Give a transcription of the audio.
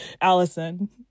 allison